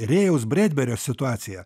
rėjaus bredberio situaciją